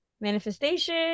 manifestation